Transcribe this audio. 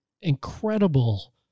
incredible